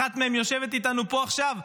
אחת מהן יושבת איתנו פה עכשיו.